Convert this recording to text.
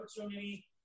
opportunity